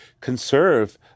conserve